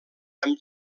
amb